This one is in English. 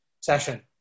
session